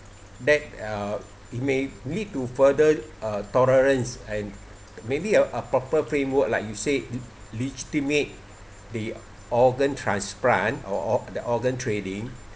that uh it may lead to further uh tolerance and maybe a a proper framework like you said legitimate the organ transplant or the organ trading